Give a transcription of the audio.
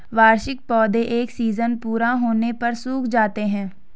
वार्षिक पौधे एक सीज़न पूरा होने पर सूख जाते हैं